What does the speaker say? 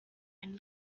and